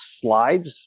slides